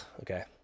Okay